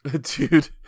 dude